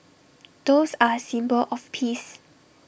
doves are A symbol of peace